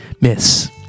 miss